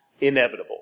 inevitable